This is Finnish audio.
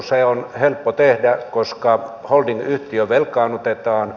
se on helppo tehdä koska holdingyhtiö velkaannutetaan